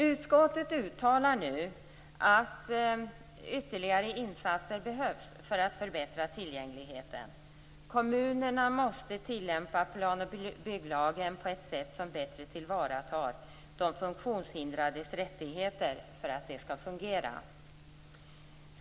Utskottet uttalar nu att ytterligare insatser behövs för att förbättra tillgängligheten. Kommunerna måste tillämpa plan och bygglagen på ett sätt som bättre tillvaratar de funktionshindrades rättigheter för att det skall fungera.